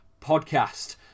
Podcast